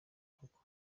koko